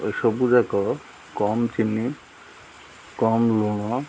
ଏସବୁ ଯାକ କମ୍ ଚିନି କମ୍ ଲୁଣ